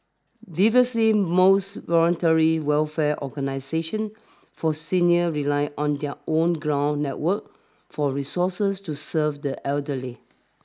most voluntary welfare organisations for seniors relied on their own ground networks for resources to serve the elderly